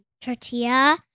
tortilla